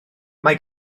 mae